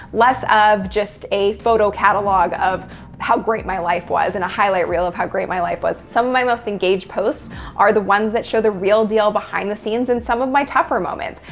less of just a photo catalog of how great my life was, and a highlight reel of how great my life was. some of my most engaged posts are the ones that show the real deal behind the scenes, and some of my tougher moments.